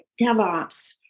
DevOps